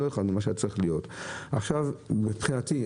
מבחינתי,